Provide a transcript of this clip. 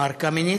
מר קמיניץ,